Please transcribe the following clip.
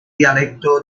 dialecto